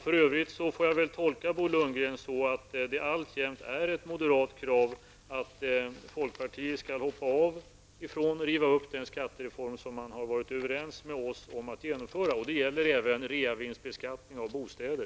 För övrigt får jag väl tolka Bo Lundgrens uttalanden så, att det alltjämt är ett moderat krav att folkpartiet skall hoppa av från och riva upp den skattereform som man varit överens med oss om att genomföra. Det gäller även reavinstbeskattning av bostäder.